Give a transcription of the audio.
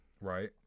Right